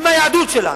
עם היהדות שלנו,